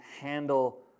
handle